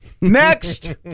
next